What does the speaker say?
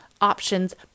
options